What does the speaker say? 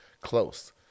close